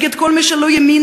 נגד כל מי שהוא לא ימין,